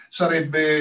sarebbe